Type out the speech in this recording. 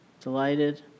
delighted